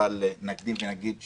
אבל נקדים ונגיד "בהצלחה".